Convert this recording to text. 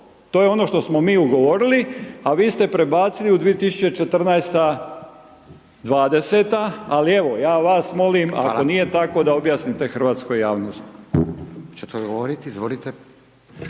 to je ono što smo mi ugovorili, a vi ste prebacili u 2014., 20.-ta, ali evo, ja vas molim…/Upadica: Hvala/…ako nije tako da objasnite hrvatskoj javnosti.